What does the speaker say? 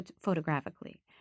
photographically